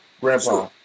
grandpa